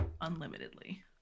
unlimitedly